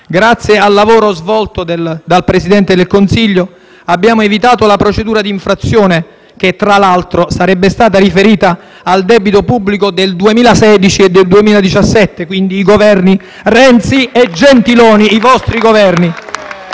Grazie al lavoro svolto dal Presidente del Consiglio abbiamo evitato la procedura di infrazione, che, tra l'altro, sarebbe stata riferita al debito pubblico del 2016 e del 2017 e, quindi, dei Governi Renzi e Gentiloni Silveri, i vostri Governi